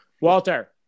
Walter